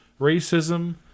racism